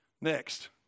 Next